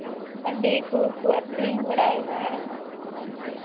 ᱦᱟᱺᱰᱤ ᱠᱚᱠᱚ ᱟᱹᱠᱷᱨᱤᱧ ᱵᱟᱲᱟᱭᱫᱟ